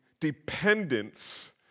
dependence